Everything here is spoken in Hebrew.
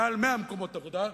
מעל 100 מקומות עבודה,